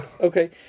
Okay